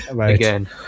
again